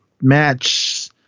match